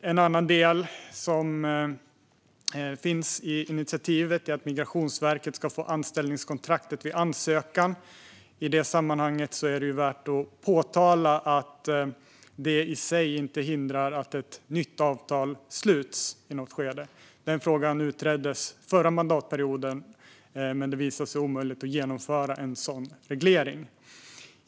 En annan del som finns i initiativet är att Migrationsverket ska få anställningskontraktet vid ansökan. I det sammanhanget är det värt att påpeka att det i sig inte hindrar att ett nytt avtal sluts i något skede. Den frågan utreddes förra mandatperioden, men det visade sig omöjligt att genomföra en sådan reglering.